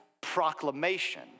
proclamation